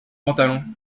pantalon